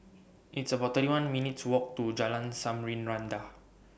It's about thirty one minutes' Walk to Jalan Samarinda